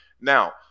now